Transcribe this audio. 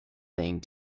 thing